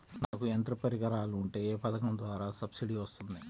నాకు యంత్ర పరికరాలు ఉంటే ఏ పథకం ద్వారా సబ్సిడీ వస్తుంది?